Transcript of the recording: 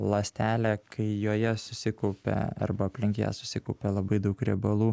ląstelė kai joje susikaupia arba aplink ją susikaupia labai daug riebalų